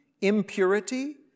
impurity